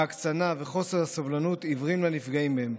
ההקצנה וחוסר הסובלנות עיוורים לנפגעים הם.